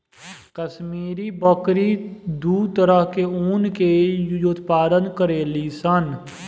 काश्मीरी बकरी दू तरह के ऊन के उत्पादन करेली सन